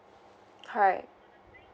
correct